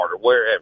wherever